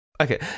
Okay